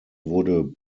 wurde